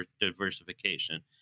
diversification